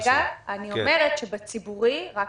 רגע, אני אומרת שבציבורי, רק